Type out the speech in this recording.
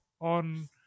on